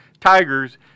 Tigers